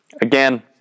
Again